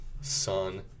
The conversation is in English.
sun